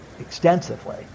extensively